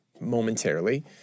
momentarily